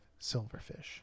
silverfish